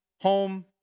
home